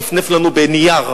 הוא נפנף לנו בנייר,